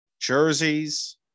jerseys